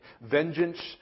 vengeance